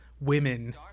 women